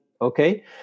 okay